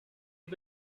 had